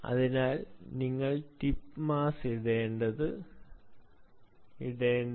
ഇതിനാലാണ് നിങ്ങൾ tip mass ഇടേണ്ടത്